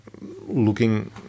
looking